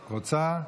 רוצה?